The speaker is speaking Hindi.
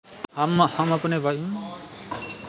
हम अपने वाईफाई संसर्ग बिल का भुगतान कैसे करें?